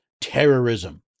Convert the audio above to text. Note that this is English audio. terrorism